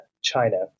China